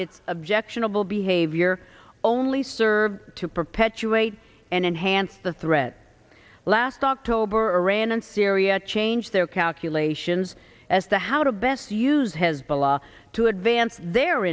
its objectionable behavior only serves to perpetuate and enhance the threat last october iran and syria change their calculations as to how to best use hezbollah to advance their